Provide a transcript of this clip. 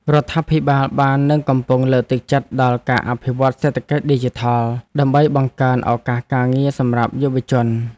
រដ្ឋាភិបាលបាននិងកំពុងលើកទឹកចិត្តដល់ការអភិវឌ្ឍសេដ្ឋកិច្ចឌីជីថល ដើម្បីបង្កើនឱកាសការងារសម្រាប់យុវជន។